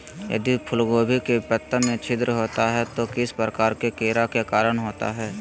यदि फूलगोभी के पत्ता में छिद्र होता है तो किस प्रकार के कीड़ा के कारण होता है?